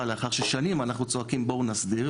לאחר ששנים אנחנו צועקים שבואו נסדיר,